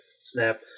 snap